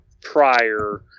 prior